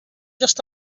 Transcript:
just